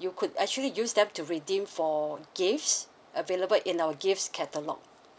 you could actually use them to redeem for gifts available in our gifts catalogue